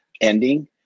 ending